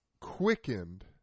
quickened